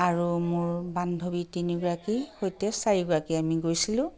আৰু মোৰ বান্ধৱী তিনিগৰাকীৰ সৈতে চাৰিগৰাকী আমি গৈছিলোঁ